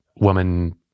woman